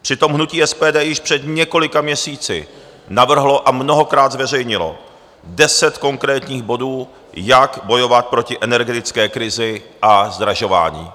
Přitom hnutí SPD již před několika měsíci navrhlo a mnohokrát zveřejnilo 10 konkrétních bodů, jak bojovat proti energetické krizi a zdražování.